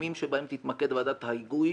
התחומים בהם תתמקד ועדת ההיגוי